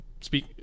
speak